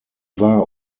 war